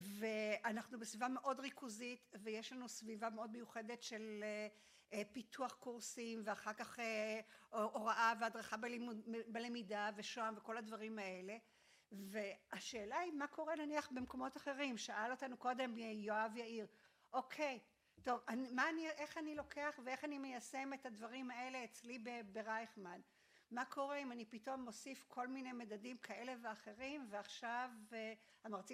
ואנחנו בסביבה מאוד ריכוזית, ויש לנו סביבה מאוד מיוחדת של פיתוח קורסים, ואחר כך הוראה והדרכה בלמידה, ושואה, וכל הדברים האלה, והשאלה היא מה קורה נניח במקומות אחרים. שאל אותנו קודם יואב יאיר, אוקיי, טוב, איך אני לוקח ואיך אני מיישם את הדברים האלה אצלי ברייכמן, מה קורה אם אני פתאום מוסיף כל מיני מדדים כאלה ואחרים ועכשיו המרצים